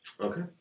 Okay